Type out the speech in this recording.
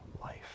life